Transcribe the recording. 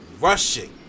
rushing